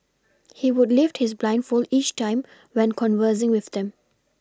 he would lift his blindfold each time when conversing with them